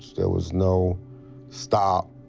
there was no stop!